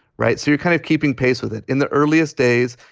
right. so you're kind of keeping pace with it in the earliest days.